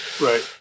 Right